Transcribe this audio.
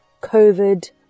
COVID